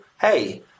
hey